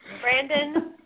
Brandon